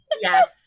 Yes